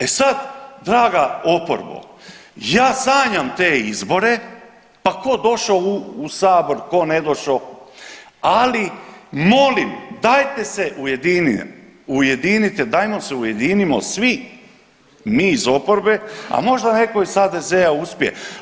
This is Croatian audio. E sad, draga oporbo ja sanjam te izbore pa ko došo u sabor, ko ne došo, ali molim dajte se ujedinite, dajmo se ujedinimo svi mi iz oporbe, a možda neko iz HDZ-a uspije.